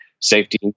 Safety